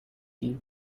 tea